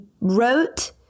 Wrote